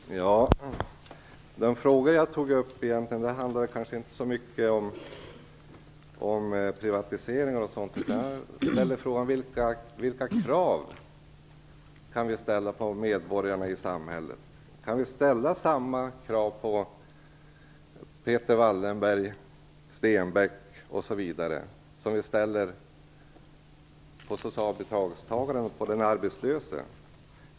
Fru talman! Den fråga som jag tog upp handlade kanske inte så mycket om privatisering och sådant. Jag ställde frågan: Vilka krav kan vi ställa på medborgarna i samhället? Kan vi ställa samma krav på Peter Wallenberg, Stenbeck osv. som vi ställer på socialbidragstagaren och på den arbetslöse?